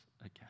again